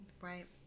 Right